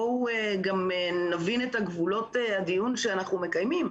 בואו גם נבין את גבולות הדיון שאנחנו מקיימים.